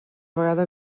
vegada